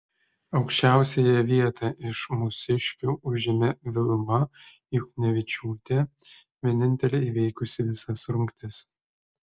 aukščiausiąją vietą iš mūsiškių užėmė vilma juchnevičiūtė vienintelė įveikusi visas rungtis